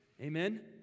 Amen